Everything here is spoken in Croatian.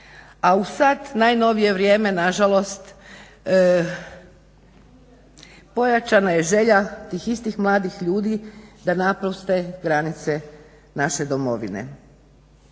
a u najnovije vrijeme nažalost pojačana je želja tih istih mladih ljudi da napuste granice naše domovine.